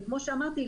וכמו שאמרתי,